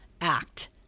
act